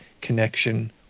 connection